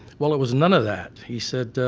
well it was none of that, he said